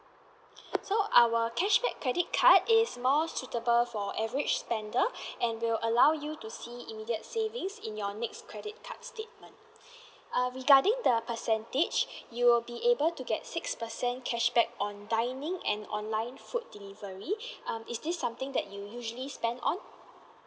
so our cashback credit card is more suitable for average spender and will allow you to see immediate savings in your next credit card's statement err regarding the percentage you'll be able to get six percent cashback on dining and online food delivery um is this something that you usually spend on